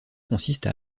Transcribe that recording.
consiste